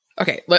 Okay